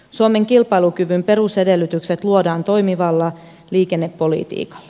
suomen kilpailukyvyn perusedellytykset luodaan toimivalla liikennepolitiikalla